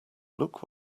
look